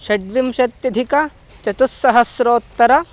षड्विंशत्यधिक चतुस्सहस्रोत्तरम्